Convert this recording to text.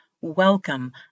welcome